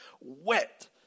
wet